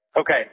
Okay